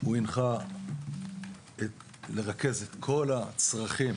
הוא הנחה לרכז את כל הצרכים